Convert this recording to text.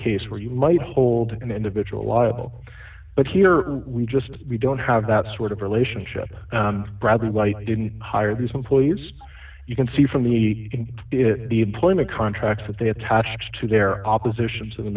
case where you might hold an individual liable but here we just don't have that sort of relationship bradley why didn't hire these employees you can see from the employment contracts that they attached to their opposition to the